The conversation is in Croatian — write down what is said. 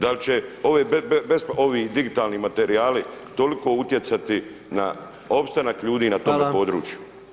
Da li će ovi digitalni materijali toliko utjecati na opstanak ljudi [[Upadica: Hvala.]] na tom području.